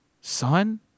Son